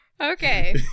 okay